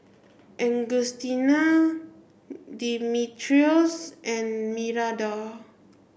Augustina Dimitrios and Miranda